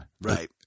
Right